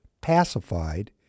pacified